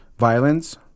violence